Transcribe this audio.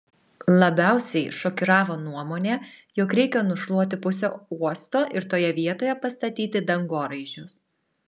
labiausiai šokiravo nuomonė jog reikia nušluoti pusę uosto ir toje vietoje pastatyti dangoraižius